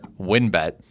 Winbet